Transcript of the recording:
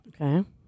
Okay